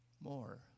more